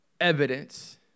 evidence